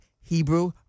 Hebrew